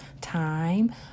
time